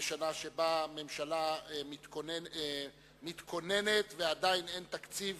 בשנה שבה הממשלה מתכוננת ועדיין אין תקציב